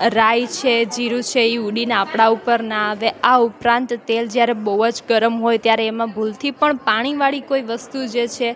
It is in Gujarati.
રાઈ છે જીરું છે એ ઉડીને આપણા ઉપર ના આવે આ ઉપરાંત તેલ જયારે બહુ જ ગરમ હોય ત્યારે એમાં ભૂલથી પણ પાણી વાળી કોઈ વસ્તુ જે છે